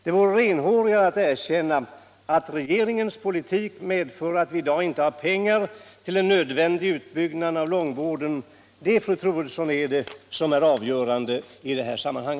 Det vore renhårigare att erkänna att regeringens politik medför att vi i dag inte har pengar till en nödvändig utbyggnad av långvården. Det, fru Troedsson, är det avgörande i detta sammanhang.